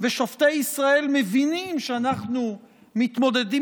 ושופטי ישראל מבינים שאנחנו מתמודדים